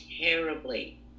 terribly